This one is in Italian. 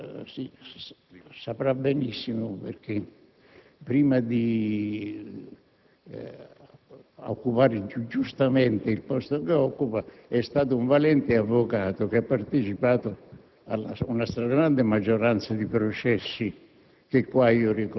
saprà benissimo, perché prima di occupare giustamente il posto che occupa è stato un valente avvocato ed ha partecipato ad una grande quantità di processi,